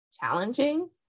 challenging